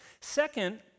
Second